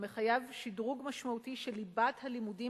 הוא מחייב שדרוג משמעותי של ליבת הלימודים